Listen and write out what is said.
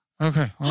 Okay